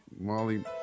Molly